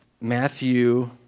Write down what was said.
Matthew